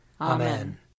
Amen